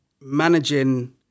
managing